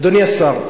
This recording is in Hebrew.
אדוני השר,